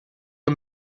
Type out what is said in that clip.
are